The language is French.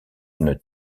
une